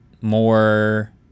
more